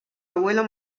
abuelo